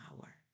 power